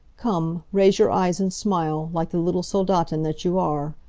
come, raise your eyes and smile, like the little soldatin that you are.